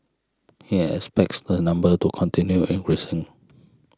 he expects the number to continue increasing